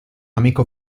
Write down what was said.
amico